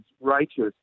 righteous